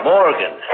Morgan